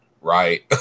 right